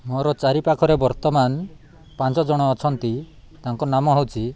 ମୋର ଚାରିପାଖରେ ବର୍ତ୍ତମାନ ପାଞ୍ଚ ଜଣ ଅଛନ୍ତି ତାଙ୍କ ନାମ ହେଉଛି